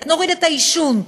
נוריד את העישון,